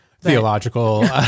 Theological